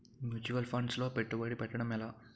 Mutual funds లో పెట్టుబడి పెట్టడం ఎలా?